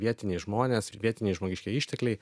vietiniai žmonės ir vietiniai žmogiškieji ištekliai